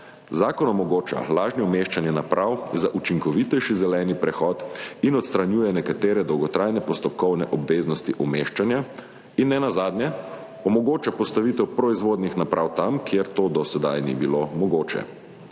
Zakon omogoča lažje umeščanje naprav za učinkovitejši zeleni prehod in odstranjuje nekatere dolgotrajne postopkovne obveznosti umeščanja in nenazadnje omogoča postavitev proizvodnih naprav tam, kjer to do sedaj ni bilo mogoče,